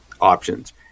options